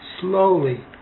slowly